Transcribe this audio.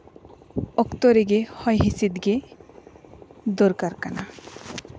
ᱚᱠᱛᱚ ᱨᱮᱜᱮ ᱦᱚᱭ ᱦᱤᱸᱥᱤᱫ ᱜᱮ ᱫᱚᱨᱠᱟᱨ ᱠᱟᱱᱟ